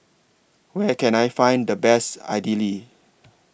Where Can I Find The Best Idili